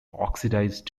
oxidized